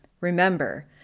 Remember